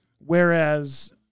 Whereas